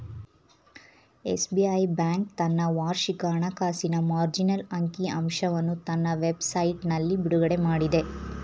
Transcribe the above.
SBI bank ತನ್ನ ವಾರ್ಷಿಕ ಹಣಕಾಸಿನ ಮಾರ್ಜಿನಲ್ ಅಂಕಿ ಅಂಶವನ್ನು ತನ್ನ ವೆಬ್ ಸೈಟ್ನಲ್ಲಿ ಬಿಡುಗಡೆಮಾಡಿದೆ